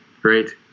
Great